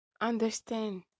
Understand